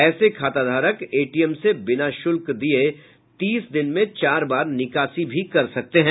ऐसे खाताधारक एटीएम से बिना शुल्क दिये तीस दिन में चार बार निकासी कर सकते हैं